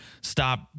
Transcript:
stop